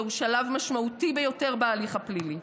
זהו שלב משמעותי ביותר בהליך הפלילי.